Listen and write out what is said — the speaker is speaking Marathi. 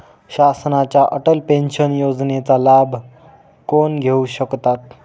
शासनाच्या अटल पेन्शन योजनेचा लाभ कोण घेऊ शकतात?